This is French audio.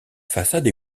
façade